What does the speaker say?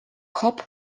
hop